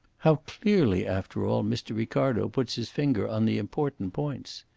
how clearly, after all, mr. ricardo puts his finger on the important points!